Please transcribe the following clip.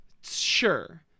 Sure